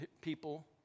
people